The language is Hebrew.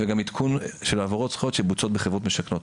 וגם עדכון של העברות זכויות שמבוצעות בחברות משכנות.